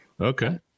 Okay